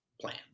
plan